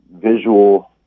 visual